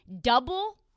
double